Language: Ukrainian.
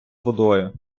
водою